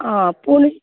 आ पूण